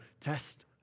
test